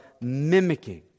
mimicking